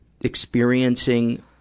experiencing